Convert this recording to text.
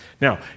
Now